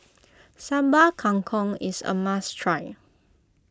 Sambal Kangkong is a must try